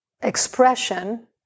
expression